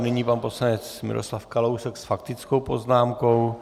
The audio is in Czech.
Nyní pan poslanec Miroslav Kalousek s faktickou poznámkou.